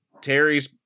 Terry's